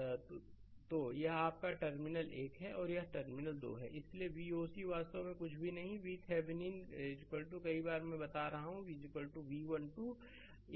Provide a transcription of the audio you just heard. slide समय देखें 2016 तो यह आपका टर्मिनल 1 है और यह टर्मिनल 2 है इसलिए Voc वास्तव में कुछ भी नहीं है लेकिन VThevenin कई बार मैं बता रहा हूं V 1 2 अब